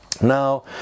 Now